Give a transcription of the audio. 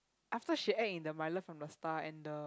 after she acted in the my love from the star and the